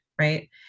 right